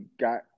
got